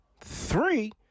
Three